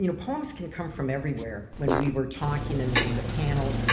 you know poems can come from everywhere. when we were talking and in the panel,